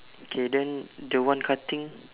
okay then the one cutting